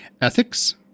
Ethics